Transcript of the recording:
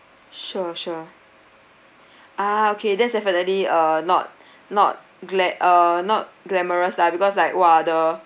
sure sure ah okay that's definitely uh not not gla~ uh not glamorous lah because like !wah! the